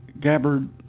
Gabbard